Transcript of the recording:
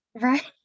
right